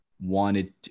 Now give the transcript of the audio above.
wanted